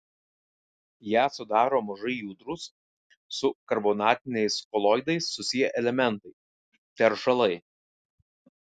ją sudaro mažai judrūs su karbonatiniais koloidais susiję elementai teršalai